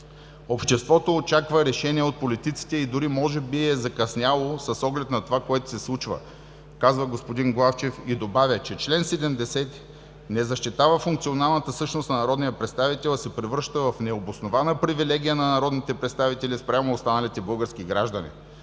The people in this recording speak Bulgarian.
„Обществото очаква решения от политиците и дори може би е закъсняло с оглед на това, което се случва“, казва господин Главчев и добавя, че чл. 70 не защитава функционалната същност на народния представител, а се превръща в необоснована привилегия на народните представители спрямо останалите български граждани.